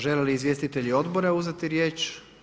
Žele li izvjestitelji odbora uzeti riječ?